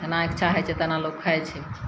जेना इच्छा होइ छै तेना लोक खाय छै